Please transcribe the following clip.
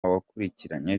wakurikiranye